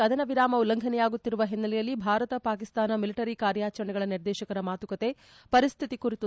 ಪದೇಪದೆ ಕದನ ವಿರಾಮ ಉಲ್ಲಂಘನೆಯಾಗುತ್ತಿರುವ ಹಿನ್ನೆಲೆಯಲ್ಲಿ ಭಾರತ ಪಾಕಿಸ್ತಾನ ಮಿಲಿಟರಿ ಕಾರ್ಯಾಚರಣೆಗಳ ನಿರ್ದೇಶಕರ ಮಾತುಕತೆ ಪರಿಸ್ತಿತಿ ಕುರಿತು ಸಮಾಲೋಚನೆ